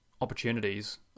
opportunities